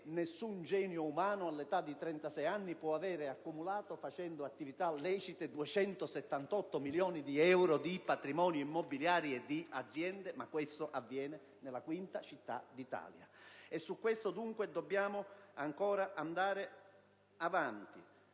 nessun genio umano all'età di 36 anni possa avere accumulato, svolgendo attività lecite, 278 milioni di euro di patrimonio immobiliare e di aziende; questo avviene nella quinta città d'Italia. In tale direzione dobbiamo ancora andare avanti,